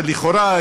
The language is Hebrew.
לכאורה,